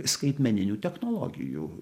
skaitmeninių technologijų